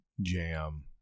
Jam